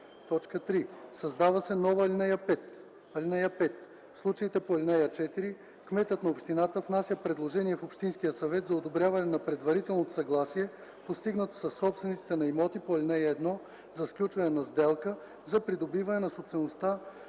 3. Създава се нова ал. 5: „(5) В случаите по ал. 4 кметът на общината внася предложение в общинския съвет за одобряване на предварителното съгласие, постигнато със собствениците на имоти по ал. 1 за сключване на сделка за придобиване на собствеността